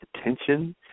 attention